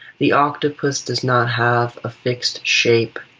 the octopus does not have a fixed shape.